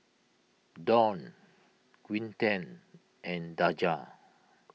Dawne Quinten and Daja